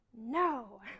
no